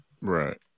Right